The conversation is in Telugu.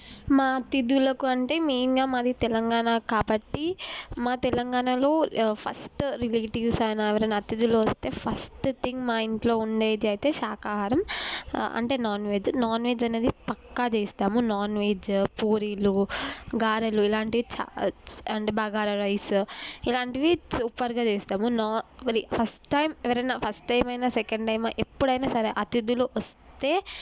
మా అతిథులకు అంటే మెయిన్గా మాది తెలంగాణ కాబట్టి మా తెలంగాణలో ఫస్ట్ రిలేటివ్స్ అయినా ఎవరైనా అతిథులు వస్తే ఫస్ట్ థింగ్ మా ఇంట్లో ఉండేది అయితే శాఖాహారం అంటే నాన్వెజ్ నాన్వెజ్ అనేది పక్కా చేస్తాము నాన్వెజ్ పూరీలు గారెలు ఇలాంటివి చా అంటే బగారా రైస్ ఇలాంటివి సూపర్గా చేస్తాము నా అది ఫస్ట్ టైం ఎవరైనా ఫస్ట్ టైం అయినా సెకండ్ టైం ఎప్పుడైనా సరే అతిథులు వస్తే